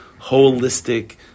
holistic